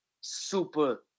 super